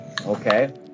Okay